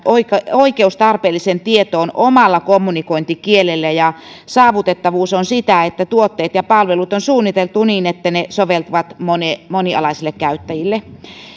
oikeus tarpeelliseen tietoon omalla kommunikointikielellään ja saavutettavuus on sitä että tuotteet ja palvelut on suunniteltu niin että ne soveltuvat monialaisille käyttäjille